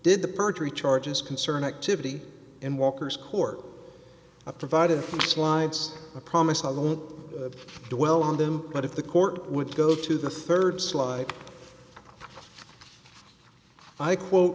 did the perjury charges concern activity in walker's court a provided slides a promise i won't dwell on them but if the court would go to the rd slide i quote